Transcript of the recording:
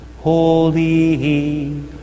Holy